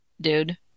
dude